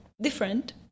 different